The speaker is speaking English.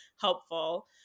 helpful